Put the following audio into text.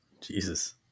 jesus